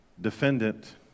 defendant